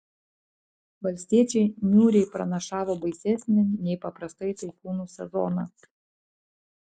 valstiečiai niūriai pranašavo baisesnį nei paprastai taifūnų sezoną